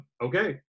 okay